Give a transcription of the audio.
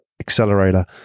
accelerator